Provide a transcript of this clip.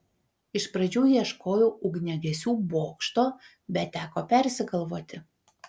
iš pradžių ieškojau ugniagesių bokšto bet teko persigalvoti